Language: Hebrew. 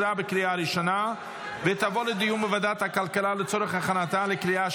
לוועדת הכלכלה נתקבלה.